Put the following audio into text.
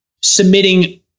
submitting